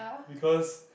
because